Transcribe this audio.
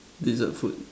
dessert food